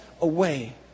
away